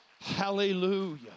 Hallelujah